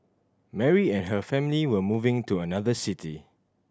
Mary and her family were moving to another city